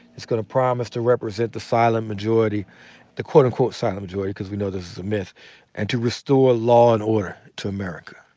he's gonna promise to represent the silent majority the quote-unquote silent majority, because we know this is a myth and to restore law and order to america.